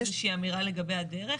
יש איזו שהיא אמירה לגבי הדרך,